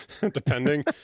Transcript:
depending